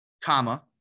comma